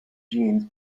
jeans